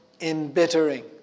embittering